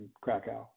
Krakow